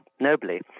nobly